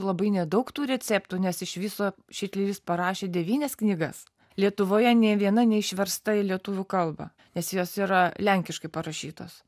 labai nedaug tų receptų nes iš viso šitleris parašė devynias knygas lietuvoje nė viena neišversta į lietuvių kalbą nes jos yra lenkiškai parašytos